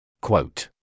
Quote